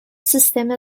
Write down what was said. سیستم